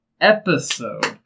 episode